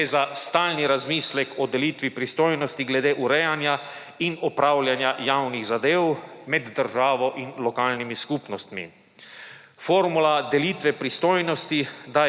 Gre za stalni razmislek o delitvi pristojnosti glede urejanja in opravljanja javnih zadev med državo in lokalnimi skupnostmi. Formula delitve pristojnosti,